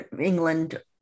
England